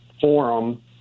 forum